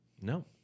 no